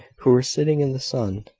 who were sitting in the sun,